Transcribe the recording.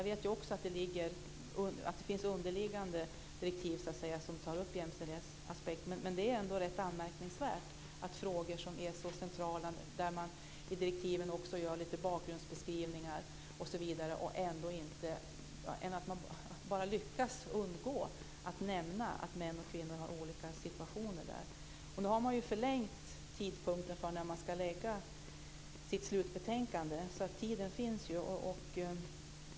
Även jag vet att det finns underliggande direktiv som tar upp jämställdhetsaspekten, men det är ändå rätt anmärkningsvärt att man i så centrala frågor lyckas undgå att nämna att män och kvinnor har olika situationer. I direktiven ges ju lite bakgrundsbeskrivningar osv. Nu har man förlängt tiden fram till dess att kommittén ska lägga fram sitt slutbetänkande, så tiden finns.